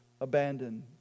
abandoned